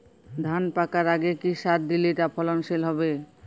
ধান পাকার আগে কি সার দিলে তা ফলনশীল হবে?